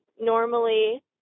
normally